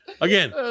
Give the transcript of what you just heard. again